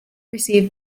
received